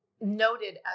noted